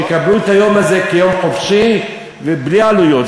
שיקבלו את היום הזה כיום חופשי ובלי עלויות,